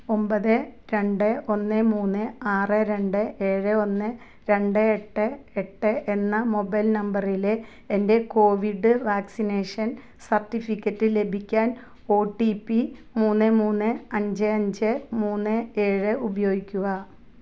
ഒൻപത് രണ്ട് ഒന്ന് മൂന്ന് ആറ് രണ്ട് ഏഴ് ഒന്ന് രണ്ട് എട്ട് എട്ട് എന്ന മൊബൈൽ നമ്പറിലെ എൻ്റെ കോവിഡ് വാക്സിനേഷൻ സർട്ടിഫിക്കറ്റ് ലഭിക്കാൻ ഒ ടി പി മൂന്ന് മൂന്ന് അഞ്ച് അഞ്ച് മൂന്ന് ഏഴ് ഉപയോഗിക്കുക